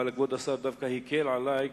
אבל כבוד השר דווקא הקל עלי.